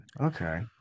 Okay